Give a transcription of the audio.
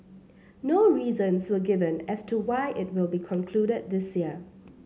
no reasons were given as to why it will be concluded this year